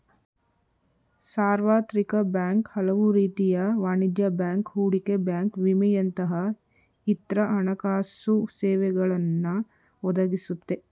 ಸಾರ್ವತ್ರಿಕ ಬ್ಯಾಂಕ್ ಹಲವುರೀತಿಯ ವಾಣಿಜ್ಯ ಬ್ಯಾಂಕ್, ಹೂಡಿಕೆ ಬ್ಯಾಂಕ್ ವಿಮೆಯಂತಹ ಇತ್ರ ಹಣಕಾಸುಸೇವೆಗಳನ್ನ ಒದಗಿಸುತ್ತೆ